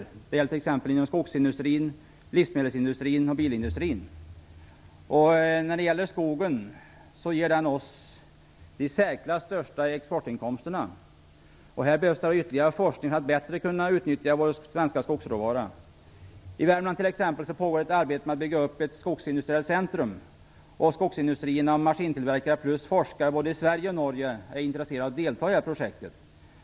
Detta gäller t.ex. inom skogsindustrin, livsmedelsindustrin och bilindustrin. När det gäller skogen, som ger oss de i särklass största exportinkomsterna, behövs ytterligare forskning för att ännu bättre kunna utnyttja vår skogsråvara. I Värmland pågår t.ex. arbetet med att bygga upp ett skogsindustriellt centrum. Skogsindustrierna och maskintillverkare samt forskare både i Sverige och Norge är intresserade av att delta i projektet.